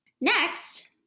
Next